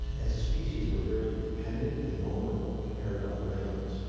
as a species, we're very dependent and vulnerable compared to other animals.